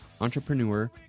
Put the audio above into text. entrepreneur